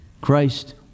Christ